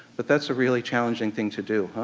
but that's a really challenging thing to do,